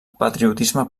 patriotisme